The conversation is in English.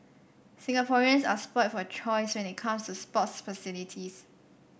Singaporeans are spoilt for choice when it comes to sports facilities